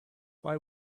why